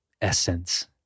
essence